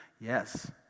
Yes